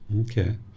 okay